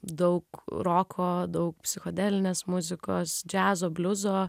daug roko daug psichodelinės muzikos džiazo bliuzo